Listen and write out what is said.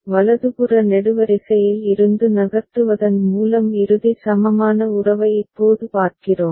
வலதுபுற நெடுவரிசையில் இருந்து நகர்த்துவதன் மூலம் இறுதி சமமான உறவை இப்போது பார்க்கிறோம்